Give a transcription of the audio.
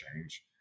change